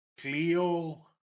Cleo